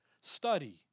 Study